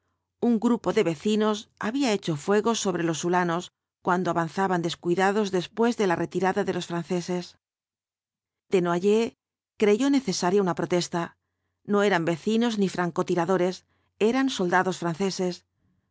un grupo de vecinos había hecho fuego sobre los huíanos cuando avanzaban descuidados después de la retirada de los franceses desnoyers creyó necesaria una protesta no eran vecinos ni franco tiradores eran soldados franceses